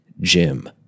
Jim